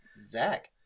Zach